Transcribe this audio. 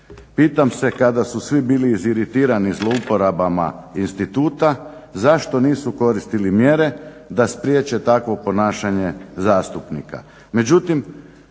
Pitam se, kada su svi bili iziritirani zlouporabama instituta zašto nisu koristili mjere da spriječe takvo ponašanje zastupnika?